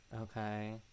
okay